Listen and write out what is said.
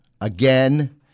Again